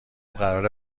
قراره